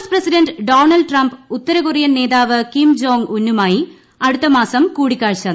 പ് S president Donald Trump ഉത്തരകൊറിയൻ നേതാവ് കിം ജോംഗ് ഉന്നുമായി അടുത്തമാസം കൂടിക്കാഴ്ച നടത്തും